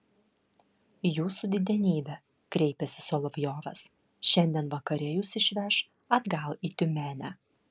jūsų didenybe kreipėsi solovjovas šiandien vakare jus išveš atgal į tiumenę